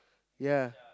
ya